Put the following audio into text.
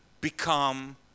become